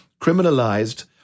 criminalized